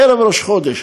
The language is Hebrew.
בערב ראש חודש,